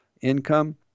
income